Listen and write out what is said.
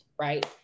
Right